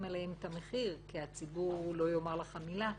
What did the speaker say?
עליהם את המחיר כי הציבור לא יאמר לך מילה,